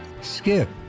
Skip